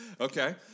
Okay